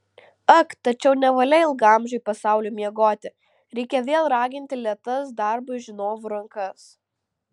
ak tačiau nevalia ilgaamžiui pasauliui miegoti reikia vėl raginti lėtas darbui žinovų rankas